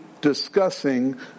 discussing